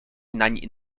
nań